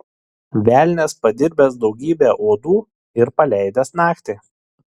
velnias padirbęs daugybę uodų ir paleidęs naktį